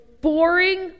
boring